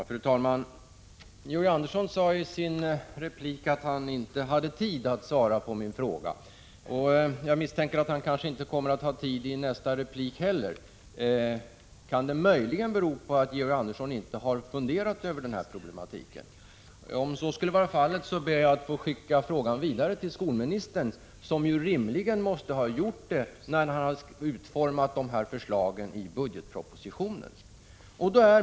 Fru talman! Georg Andersson sade i sin replik att han inte hade tid att svara på min fråga. Jag misstänker att han inte kommer att ha tid i nästa replik heller. Kan det möjligen bero på att Georg Andersson inte har funderat över den här problematiken? Om så skulle vara fallet ber jag att få skicka frågorna vidare till skolministern, som rimligen måste ha funderat över detta när han har utformat förslagen i budgetpropositionen.